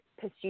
pursue